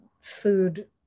food